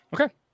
Okay